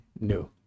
new